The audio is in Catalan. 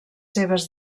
seves